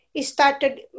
started